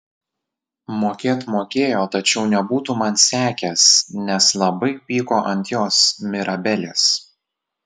mokėt mokėjo tačiau nebūtų man sekęs nes labai pyko ant jos mirabelės